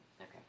Okay